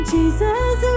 Jesus